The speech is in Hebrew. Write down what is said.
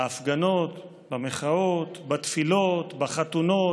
בהפגנות, במחאות, בתפילות, בחתונות,